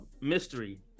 Mystery